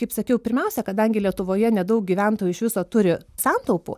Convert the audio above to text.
kaip sakiau pirmiausia kadangi lietuvoje nedaug gyventojų iš viso turi santaupų